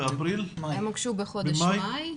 הם הוגשו בחודש מאי.